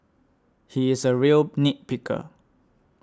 he is a real nit picker